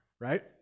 right